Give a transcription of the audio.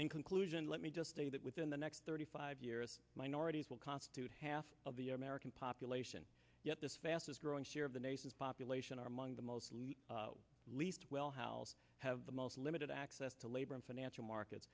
in conclusion let me just say that within the next thirty five years minorities will constitute half of the american population yet this fastest growing share of the nation's population are among the mostly least well how have the most limited access to labor in financial markets